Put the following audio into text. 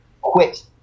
quit